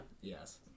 Yes